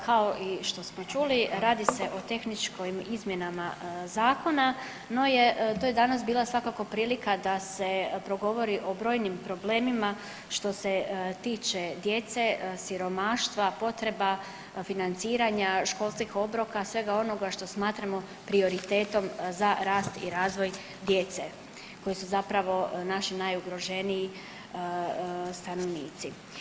Kao i što smo čuli radi se o tehničkim izmjenama zakona, no to je danas bila svakako prilika da se progovori o brojnim problemima što se tiče djece, siromaštva, potreba, financiranja, školskih obroka svega onoga što smatramo prioritetom za rast i razvoj djece koja su zapravo naši najugroženiji stanovnici.